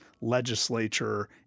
legislature